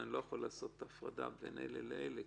אני לא יכול לעשות הפרדה בין אלה לאלה,